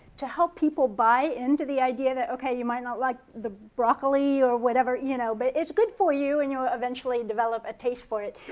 to help people buy into the idea that, okay, you might not like the broccoli or whatever, you know, but it's good for you and you ah eventually develop a taste for it.